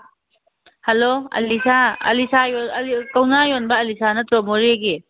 hello Alisha ꯀꯧꯅꯥ ꯌꯣꯟꯕ ꯑꯥꯂꯤꯁꯥ ꯅꯠꯇ꯭ꯔꯣ ꯃꯣꯔꯦꯒꯤ